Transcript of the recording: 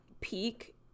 peak